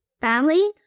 family